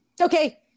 okay